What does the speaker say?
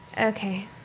Okay